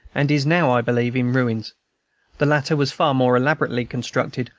and is now, i believe, in ruins the latter was far more elaborately constructed,